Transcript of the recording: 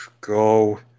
Go